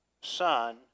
son